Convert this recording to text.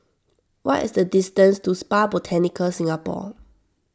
what is the distance to Spa Botanica Singapore